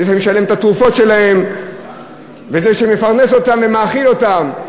זה שמשלם את התרופות שלהם וזה שמפרנס אותם ומאכיל אותם,